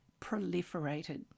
proliferated